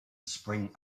spring